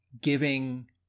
giving